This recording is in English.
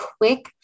quick